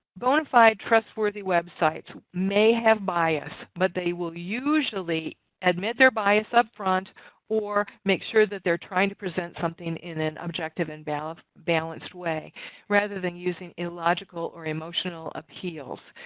bonafide, trustworthy websites may have bias, but they will usually admit their bias upfront or make sure that they're trying to present something in an objective and balanced balanced way rather than using illogical or emotional appeals.